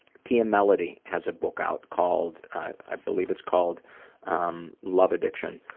pia mellody has a book out called i believe it's called um love addiction,